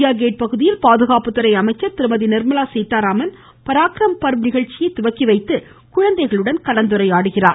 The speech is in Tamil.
இந்தியா கேட் பகுதியில் பாதுகாப்புத்துறை அமைச்சர் திருமதி நிர்மலா சீதாராமன் ீயசயமசயஅ ீயசஎ நிகழ்ச்சியை துவக்கிவைத்து குழந்தைகளுடன் கலந்துரையாடுகிறார்